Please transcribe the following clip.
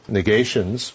negations